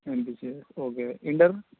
MPC okay inter